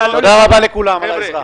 לכולם על העזרה.